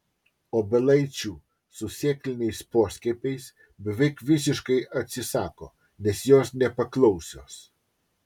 obelaičių su sėkliniais poskiepiais beveik visiškai atsisako nes jos nepaklausios